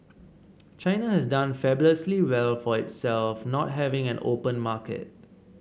China has done fabulously well for itself not having an open market